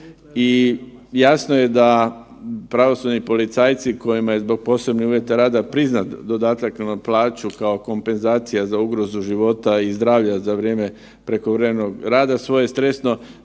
i jasno je da pravosudni policajci kojima je zbog posebnih uvjeta rada priznat dodatak na plaću kao kompenzacija za ugrozu života i zdravlja za vrijeme prekovremenog rada svoje stresno